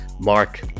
Mark